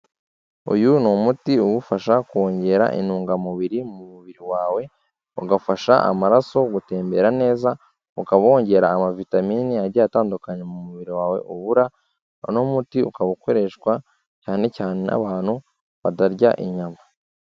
Uyu ni umuti ugufasha kongera intungamubiri mu mubiri wawe, ugafasha amaraso gutembera neza, ukaba wongera nka amavitamine agiye atandukanyekanya mu mubiri wawe ubura, uno muti ukaba ukoreshwa cyane cyane n'abantu batarya inyama.